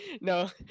no